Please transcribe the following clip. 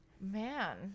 Man